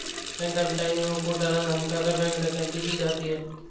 bank कर्मचारियों को डरा धमकाकर, बैंक डकैती की जाती है